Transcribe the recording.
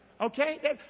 Okay